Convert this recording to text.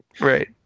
Right